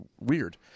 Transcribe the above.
weird